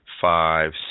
five